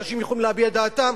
אנשים יכולים להביע את דעתם,